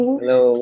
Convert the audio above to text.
Hello